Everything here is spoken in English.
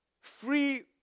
Free